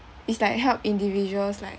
it's like help individuals like